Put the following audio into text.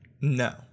No